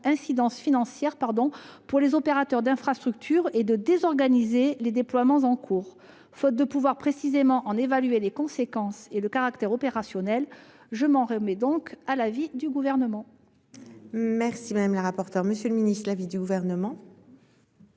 incidences financières pour les opérateurs d'infrastructure et de désorganiser les déploiements en cours. Faute de pouvoir précisément en évaluer les conséquences et le caractère opérationnel, je m'en remets à l'avis du Gouvernement. Quel est l'avis du Gouvernement